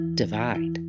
divide